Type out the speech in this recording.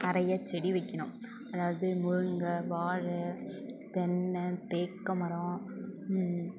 நிறைய செடி வைக்கணும் அதாவது முருங்கை வாழை தென்னை தேக்குமரம்